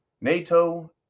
NATO